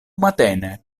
matene